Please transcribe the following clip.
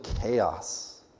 chaos